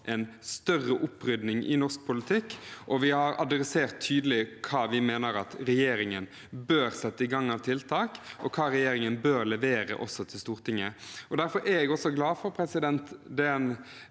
en større opprydning i norsk politikk, og vi har sagt tydelig hva vi mener at regjeringen bør sette i gang av tiltak, og hva regjeringen bør levere til Stortinget. Derfor er jeg også glad for de